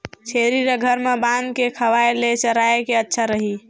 छेरी ल घर म बांध के खवाय ले चराय ले अच्छा रही?